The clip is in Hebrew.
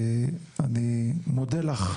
אני מודה לך.